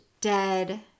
Dead